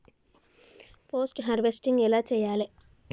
Post harvesting ఎలా చెయ్యాలే?